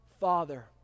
Father